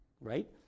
right